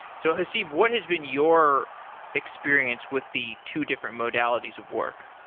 so haseeb, what has been your experience with the two different modalities of work?